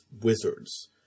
wizards